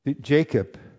Jacob